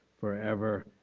forever